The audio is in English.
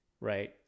right